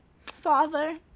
Father